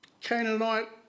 Canaanite